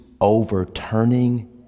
overturning